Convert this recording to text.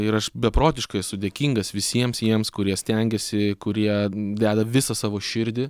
ir aš beprotiškai esu dėkingas visiems jiems kurie stengiasi kurie deda visą savo širdį